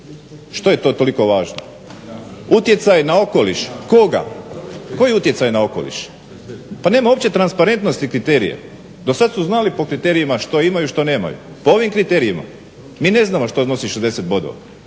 što je to toliko važno? Utjecaj na okoliš, koga? Koji utjecaj na okoliš? Pa nema uopće transparentnosti kriterije. Do sada su znali po kriterijima što imaju što nemaju. Po ovim kriterijima mi ne znamo što nosi 60 bodova.